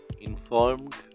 informed